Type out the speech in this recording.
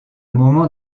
moment